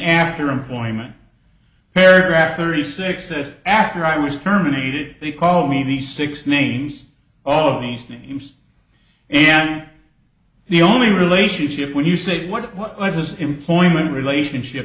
after employment paragraph thirty six s after i was terminated they call me the six names all of these names and the only relationship when you say what what was his employment relationship